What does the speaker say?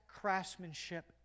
craftsmanship